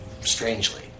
strangely